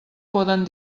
poden